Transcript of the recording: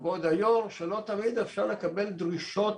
כבוד היו"ר, שלא תמיד אפשר לקבל דרישות